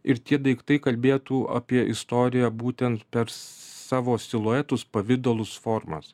ir tie daiktai kalbėtų apie istoriją būtent per savo siluetus pavidalus formas